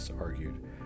argued